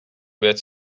gets